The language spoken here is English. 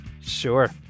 Sure